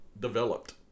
developed